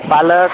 पालक